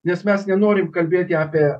nes mes nenorim kalbėti apie